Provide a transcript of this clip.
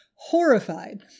Horrified